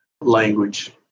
language